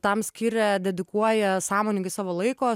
tam skiria dedikuoja sąmoningai savo laiko